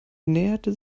näherte